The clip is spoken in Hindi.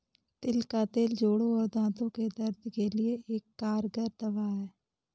तिल का तेल जोड़ों और दांतो के दर्द के लिए एक कारगर दवा है